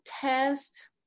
test